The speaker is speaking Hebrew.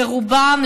ורובם,